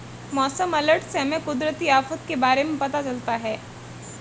मौसम अलर्ट से हमें कुदरती आफत के बारे में पता चलता है